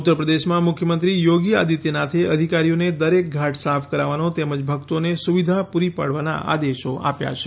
ઉત્તરપ્રદેશમાં મુખ્યમંત્રી યોગી આદિત્યનાથે અધિકારીઓને દરેક ઘાટ સાફ કરાવવાનો તેમજ ભક્તોને સુવિધા પૂર પાડવાના આદેશો આપ્યા છે